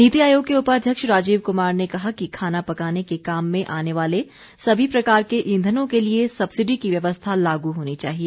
नीति आयोग के उपाध्यक्ष राजीव कुमार ने कहा है कि खाना पकाने के काम में आने वाले सभी प्रकार के ईंधनों के लिए सब्सिडी की व्यवस्था लागू होनी चाहिए